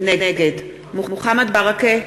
בושה.